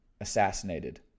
assassinated